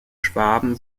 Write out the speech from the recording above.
schwaben